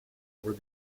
were